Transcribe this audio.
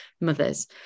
mothers